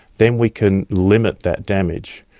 then we can limit that damage,